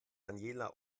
daniela